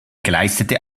geleistete